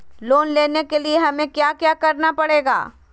Loan लेने के लिए हमें क्या क्या करना पड़ेगा?